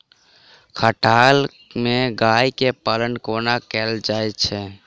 खटाल मे गाय केँ पालन कोना कैल जाय छै?